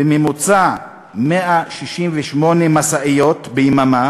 בממוצע 168 משאיות ביממה